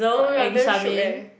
oh my god i'm damn shook eh